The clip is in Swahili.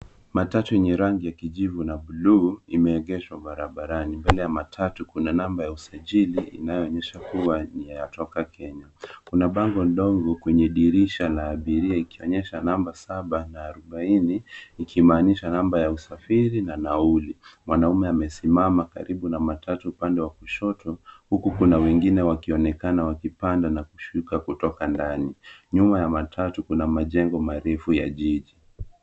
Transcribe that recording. Matatu yenye rangi ya kijivu na buluu imeegeshwa barabarani. Mbele ya matatu kuna namba ya usajili inayoonyesha kuwa inatoka Kenya. Kuna bango ndogo kwenye dirisha la abiria ikionesha namba saba na arobaini ikimaanisha namba ya usafiri na nauli. Mwanaume amesimama karibu na matatu upande wa kushoto huku kuna wengine wakionekana wakipanda na kushuka kutoka ndani. Nyuma ya matatu kuna majengo marefu ya jiji.